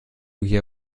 hier